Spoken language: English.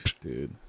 Dude